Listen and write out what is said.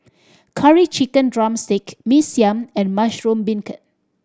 Curry Chicken drumstick Mee Siam and mushroom beancurd